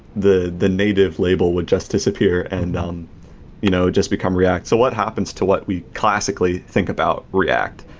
the the native label would just disappear and um you know just become react. so what happens to what we classically think about react,